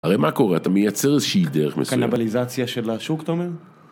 הרי מה קורה? אתה מייצר איזושהי דרך מסוימת. קנבליזציה של השוק, אתה אומר?